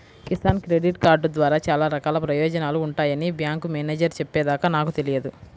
Kisan credit card ద్వారా చాలా రకాల ప్రయోజనాలు ఉంటాయని బ్యాంకు మేనేజేరు చెప్పే దాకా నాకు తెలియదు